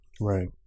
Right